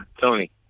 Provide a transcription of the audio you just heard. Tony